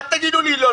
אל תגידו לי "לא".